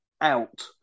out